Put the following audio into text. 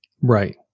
Right